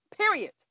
Period